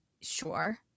Sure